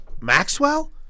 Maxwell